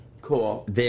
Cool